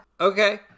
Okay